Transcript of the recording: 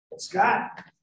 Scott